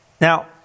Now